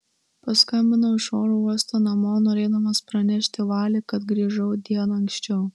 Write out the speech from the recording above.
paskambinau iš oro uosto namo norėdamas pranešti vali kad grįžau diena anksčiau